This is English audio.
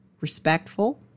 respectful